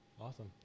Awesome